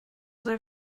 they